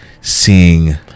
seeing